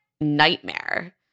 nightmare